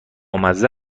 مزه